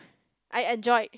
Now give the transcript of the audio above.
I enjoyed